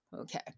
Okay